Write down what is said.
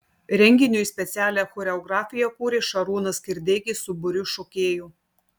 renginiui specialią choreografiją kūrė šarūnas kirdeikis su būriu šokėjų